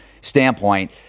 standpoint